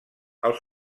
els